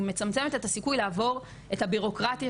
היא מצמצמת את הסיכוי לעבור את הבירוקרטיה